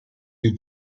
you